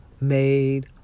made